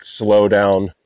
slowdown